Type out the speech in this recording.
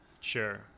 sure